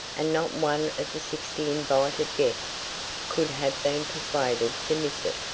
and not one of the sixty invited guests could have been persuaded to miss it.